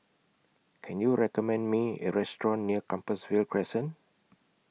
Can YOU recommend Me A Restaurant near Compassvale Crescent